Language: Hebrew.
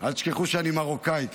אל תשכחו שאני מרוקאי.